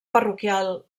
parroquial